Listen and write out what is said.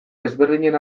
desberdinen